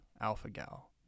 alpha-gal